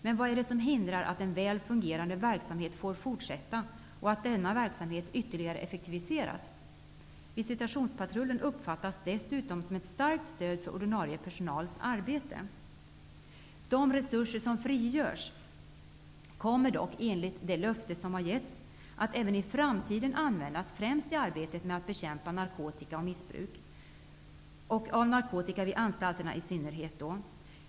Men vad är det som hindrar att en väl fungerande verksamhet får fortsätta och att denna verksamhet ytterligare effektiviseras? Visitationspatrullen uppfattas dessutom som ett starkt stöd för ordinarie personals arbete. De resurser som frigörs kommer dock, enligt ett löfte som har getts, att även i framtiden användas främst i arbetet med att bekämpa missbruk av narkotika, i synnerhet på anstalterna.